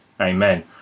Amen